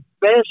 best